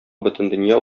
бөтендөнья